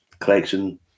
collection